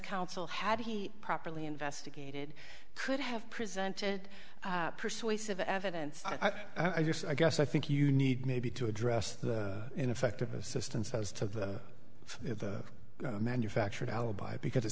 counsel had he properly investigated could have presented persuasive evidence i just i guess i think you need maybe to address the ineffective assistance as to the manufactured alibi because it